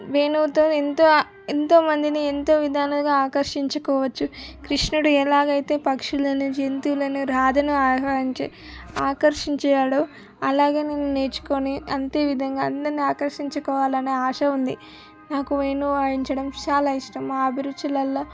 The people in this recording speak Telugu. వేణువుతో ఎంతో ఎంతో మందిని ఎంతో విధాలుగా ఆకర్షించుకోవచ్చు కృష్ణుడు ఎలాగైతే పక్షులని జంతువులని రాధను ఆహ్వానించి ఆకర్షించాడో అలాగే నేను నేర్చుకొని అంతేవిధంగా అందరినీ ఆకర్షించుకోవాలనే ఆశ ఉంది నాకు వేణువు వాయించడం చాలా ఇష్టం నా అభిరుచులల్లో